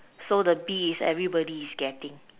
so the B is everybody is getting